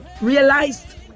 realized